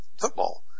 football